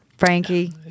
Frankie